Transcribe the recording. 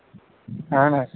اَہن حظ